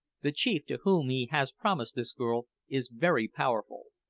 the chief to whom he has promised this girl is very powerful,